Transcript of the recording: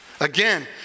Again